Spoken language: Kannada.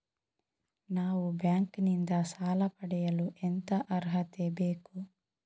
ನಾವು ಬ್ಯಾಂಕ್ ನಿಂದ ಸಾಲ ಪಡೆಯಲು ಎಂತ ಅರ್ಹತೆ ಬೇಕು?